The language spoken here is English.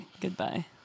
Goodbye